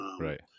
Right